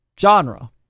genre